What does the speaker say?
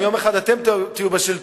אם יום אחד אתם תהיו בשלטון,